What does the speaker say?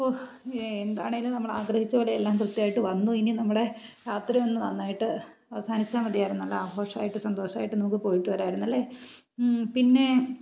അപ്പോൾ എന്താണെങ്കിലും നമ്മൾ ആഗ്രഹിച്ചതുപോലെ എല്ലാം കൃത്യമായിട്ട് വന്നു ഇനി നമ്മുടെ യാത്രയൊന്ന് നന്നായിട്ട് അവസാനിച്ചാൽ മതിയായിരുന്നു നല്ല ആഘോഷമായിട്ട് സന്തോഷമായിട്ട് നമുക്ക് പോയിട്ടു വരാമായിരുന്നല്ലേ പിന്നെ